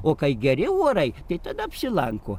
o kai geri orai tai tada apsilanko